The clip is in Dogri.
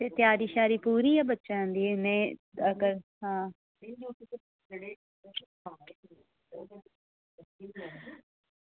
फिर त्यारी पूरी ऐ बच्चें दी आं